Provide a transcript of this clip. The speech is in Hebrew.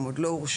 הם עוד לא הורשעו,